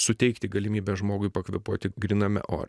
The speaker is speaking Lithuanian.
suteikti galimybę žmogui pakvėpuoti gryname ore